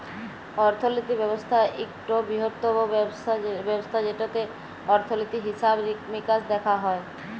অর্থলিতি ব্যবস্থা ইকট বিরহত্তম ব্যবস্থা যেটতে অর্থলিতি, হিসাব মিকাস দ্যাখা হয়